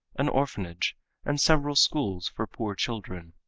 an orphanage and several schools for poor children.